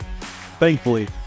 Thankfully